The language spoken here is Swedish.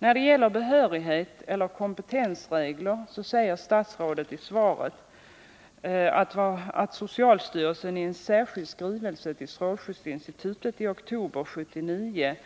När det gäller behörighet eller kompetensregler säger statsrådet i svaret att socialstyrelsen i en särskild skrivelse till strålskyddsinstitutet i oktober 1979